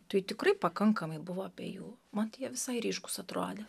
tai tikrai pakankamai buvo abiejų man tai jie visai ryškūs atrodė